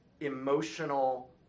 emotional